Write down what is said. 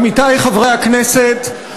עמיתי חברי הכנסת,